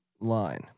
line